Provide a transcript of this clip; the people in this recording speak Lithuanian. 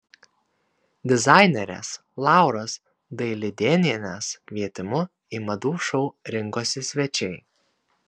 dizainerės lauros dailidėnienės kvietimu į madų šou rinkosi svečiai